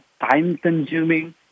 time-consuming